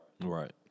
Right